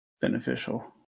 beneficial